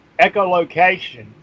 echolocation